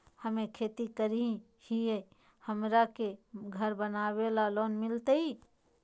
हमे खेती करई हियई, हमरा के घर बनावे ल लोन मिलतई?